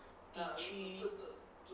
地区